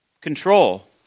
control